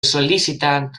sol·licitant